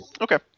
Okay